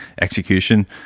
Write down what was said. execution